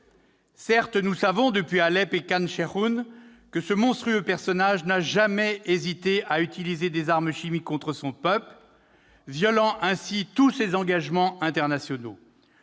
Certes, nous savons depuis Alep et Khan Cheikhoun que ce monstrueux personnage n'a jamais hésité à utiliser des armes chimiques contre son peuple, violant ainsi tous ses engagements internationaux.